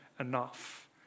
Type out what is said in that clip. enough